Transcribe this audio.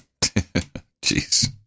Jeez